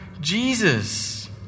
Jesus